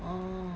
orh